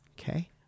okay